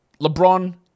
LeBron